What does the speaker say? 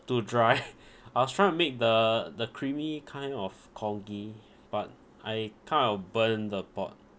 too dry I was trying to make the the creamy kind of congee but I kind of burn the pot